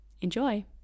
Enjoy